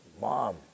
mom